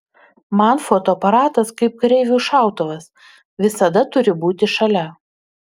man fotoaparatas kaip kareiviui šautuvas visada turi būti šalia